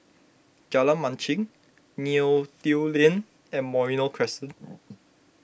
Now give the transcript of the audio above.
Jalan Machang Neo Tiew Lane and Merino Crescent